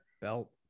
belt